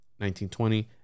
1920